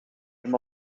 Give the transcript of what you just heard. dim